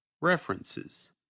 References